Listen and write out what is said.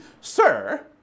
Sir